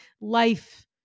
life